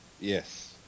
Yes